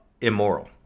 immoral